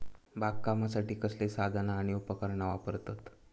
बागकामासाठी कसली साधना आणि उपकरणा वापरतत?